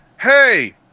hey